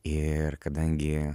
ir kadangi